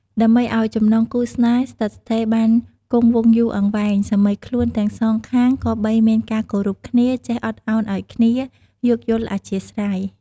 ដើម្បីឱ្យចំណងគូរស្នេហ៍ស្ថិតស្ថេរបានគង់វង្សយូរអង្វែង សាមីខ្លួនទាំងសងខាងគប្បីមានការគោរពគ្នា ចេះអត់ឳនឱ្យគ្នា យោគយល់អធ្យាស្រ័យ។